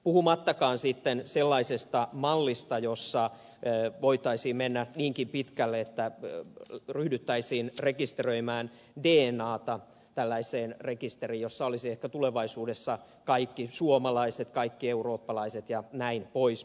puhumattakaan sitten sellaisesta mallista jossa voitaisiin mennä niinkin pitkälle että ryhdyttäisiin rekisteröimään dnata tällaiseen rekisteriin jossa olisi ehkä tulevaisuudessa kaikki suomalaiset kaikki eurooppalaiset jnp